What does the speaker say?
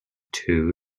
two